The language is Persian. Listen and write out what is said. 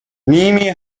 نیمی